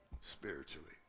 spiritually